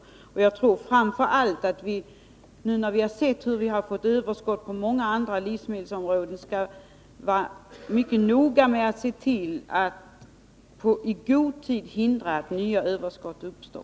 Framför allt tror jag att vi, när vi har sett hur vi har fått överskott på många andra livsmedel, skall vara noga med att se till att i god tid hindra att nya överskott uppstår.